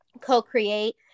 co-create